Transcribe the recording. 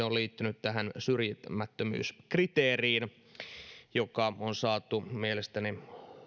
on liittynyt syrjimättömyyskriteeriin joka on saatu mielestäni